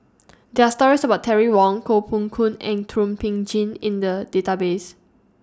There Are stories about Terry Wong Koh Poh Koon and Thum Ping Tjin in The Database